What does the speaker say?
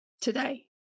Today